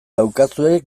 daukazue